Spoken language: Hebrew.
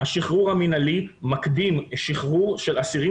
השחרור המנהלי מקדים שחרור של אסירים